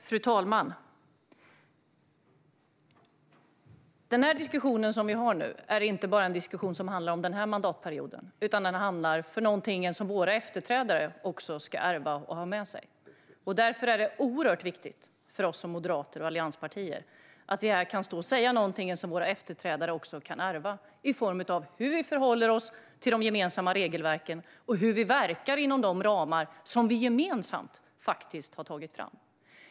Fru talman! Den diskussion som vi har nu handlar inte bara om denna mandatperiod utan också om någonting som våra efterträdare ska ärva och ha med sig. Därför är det oerhört viktigt för oss moderater och för allianspartierna att vi här kan stå och säga någonting som våra efterträdare kan ärva i form av hur vi förhåller oss till de gemensamma regelverken och hur vi verkar inom de ramar som vi gemensamt har tagit fram.